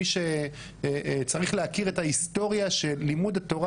מי שצריך ללמוד את ההיסטוריה של לימוד התורה,